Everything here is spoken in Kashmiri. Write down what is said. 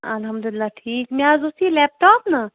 اَحمداللہ ٹھیٖک مےٚ حظ اوس یہِ لیپٹاپ نا